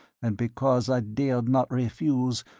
and because i dared not refuse,